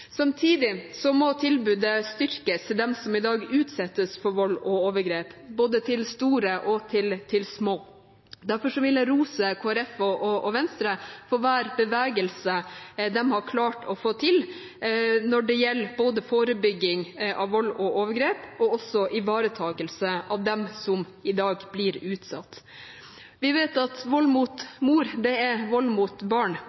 Samtidig må tilbudet styrkes til dem som i dag utsettes for vold og overgrep, både til store og til små. Derfor vil jeg rose Kristelig Folkeparti og Venstre for hver bevegelse de har klart å få til når det gjelder både forebygging av vold og overgrep, og også ivaretakelse av dem som i dag blir utsatt. Vi vet at vold mot mor er vold mot barn